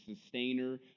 sustainer